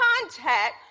contact